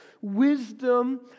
wisdom